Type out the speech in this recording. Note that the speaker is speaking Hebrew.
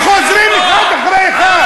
אתם חוזרים אחד אחרי אחד.